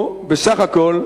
הוא בסך הכול,